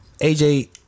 AJ